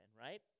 right